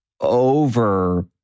over